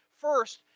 First